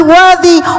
worthy